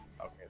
Okay